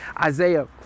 Isaiah